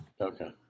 Okay